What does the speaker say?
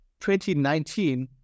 2019